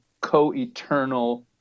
co-eternal